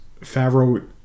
favreau